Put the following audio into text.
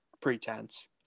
pretense